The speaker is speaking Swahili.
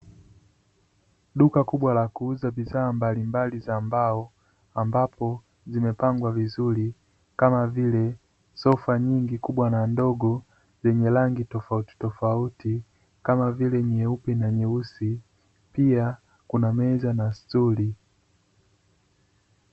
Duka kubwa la kuuza bidhaa mbalimbali za mbao, ambapo zimepangwa vizuri. Kama vile sofa nyingi kubwa na ndogo zenye rangi tofautitofauti kama vile nyeupe na nyeusi, pia kuna meza na stuli.